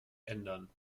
ändern